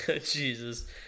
Jesus